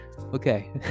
okay